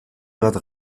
bat